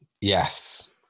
Yes